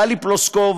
טלי פלוסקוב,